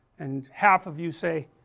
and half of you say,